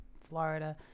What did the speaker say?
Florida